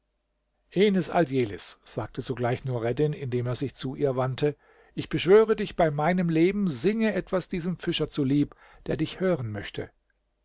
aldjelis sagte sogleich nureddin indem er sich zu ihr wandte ich beschwöre dich bei meinem leben singe etwas diesem fischer zulieb der dich hören möchte